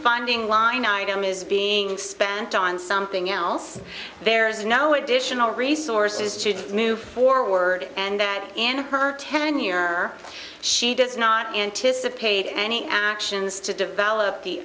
funding line item is being spent on something else there is no additional resources to move forward and then in her tenure she does not anticipate any actions to develop